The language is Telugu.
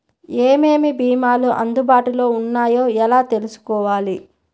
ఏమేమి భీమాలు అందుబాటులో వున్నాయో ఎలా తెలుసుకోవాలి?